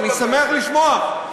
אני שמח לשמוע.